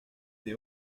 des